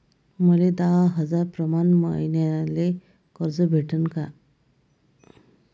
मले दहा हजार प्रमाण मईन्याले कर्ज भेटन का?